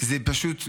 זה פשוט בושה,